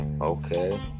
Okay